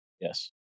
Yes